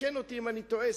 תקן אותי אם אני טועה,